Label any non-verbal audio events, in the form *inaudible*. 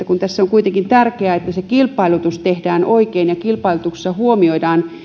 *unintelligible* kun tässä on kuitenkin tärkeää että se kilpailutus tehdään oikein ja kilpailutuksessa huomioidaan